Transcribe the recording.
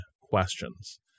questions